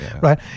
right